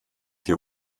hier